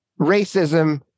racism